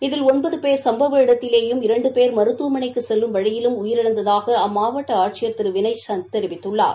இதில் ஒன்பது பேர் சும்பவ இடத்திலேயும் இரண்டு பேர் மருத்துவமனைக்கு செல்லும் வழியிலும் உயிரிழந்ததாக அம்மாவட்ட ஆட்சியர் திரு வினய் சந்த் தெரிவித்துள்ளார்